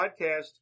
podcast